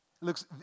looks